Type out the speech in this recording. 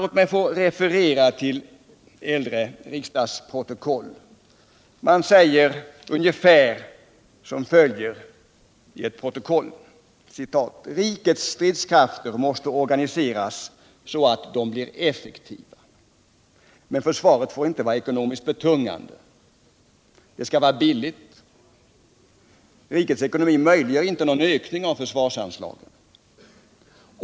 Låt mig få referera till äldre riksdagsprotokoll: ”Rikets stridskrafter måste organiseras så att de blir effektiva. Men försvaret får inte vara ckonomiskt betungande. Det skall vara billigt. Rikets ekonomi möjliggör ej någon ökning av försvarsanslagen.